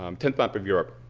um tenth map of europe,